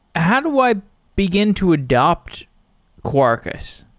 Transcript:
how do i begin to adapt quarkus?